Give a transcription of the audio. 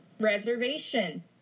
reservation